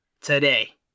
today